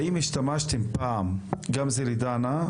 האם השתמשתם פעם זה גם לדנה,